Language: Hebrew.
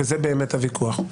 וזה באמת הוויכוח,